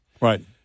right